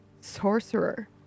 sorcerer